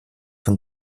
von